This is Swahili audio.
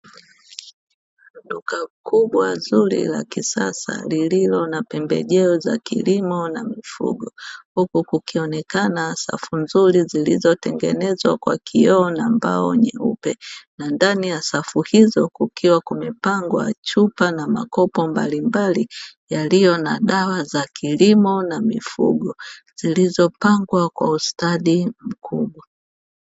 Duka kubwa zuri la kisasa lililo na pembejeo za kilimo na mifugo. Huku kukionekana safu nzuri zilizotengenezwa kwa kioo na mbao nyeupe, na ndani ya safu hizo kukiwa kumepangwa chupa na makopo mbalimbali yaliyo na dawa za kilimo na mifugo; zilizopangwa kwa ustadi mkubwa.